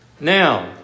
Now